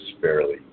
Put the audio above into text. fairly